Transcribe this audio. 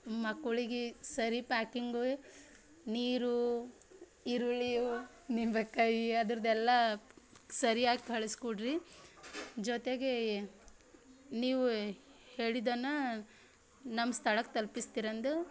ಮಕ್ಕಳಿಗೆ ಸರಿ ಪ್ಯಾಕಿಂಗುಯ್ ನೀರು ಈರುಳ್ಳಿ ನಿಂಬೆಕಾಯಿ ಅದರದೆಲ್ಲ ಸರಿಯಾಗಿ ಕಳಿಸ್ಕೊಡ್ರಿ ಜೊತೆಗೆ ನೀವು ಹೇಳಿದ್ದನ್ನು ನಮ್ಮ ಸ್ಥಳಕ್ಕೆ ತಲುಪಿಸ್ತೀರಂದು